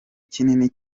kinini